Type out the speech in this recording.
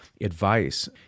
advice